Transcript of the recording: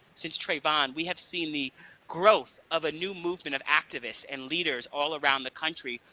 since trayvon, we have seen the growth of a new movement of activists and leaders all around the country,